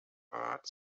heart